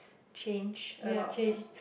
change a lot of times